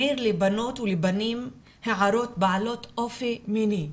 מעיר לבנות ולבנים הערות בעלות אופי מיני,